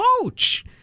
coach